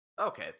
okay